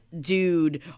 dude